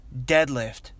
deadlift